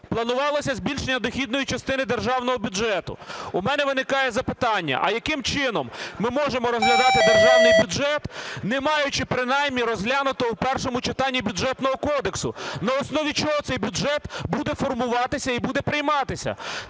планувалося збільшення дохідної частини державного бюджету. У мене виникає запитання, а яким чином ми можемо розглядати державний бюджет, не маючи принаймні розглянутого у першому читанні Бюджетного кодексу? На основі чого цей бюджет буде формуватися і буде прийматися?